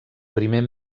primer